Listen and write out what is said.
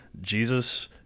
Jesus